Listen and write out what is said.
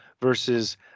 versus